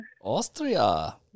Austria